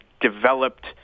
developed